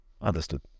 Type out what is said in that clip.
understood